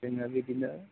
जोङो बिदिनो